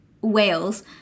wales